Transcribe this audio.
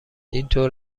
اینطور